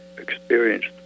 experienced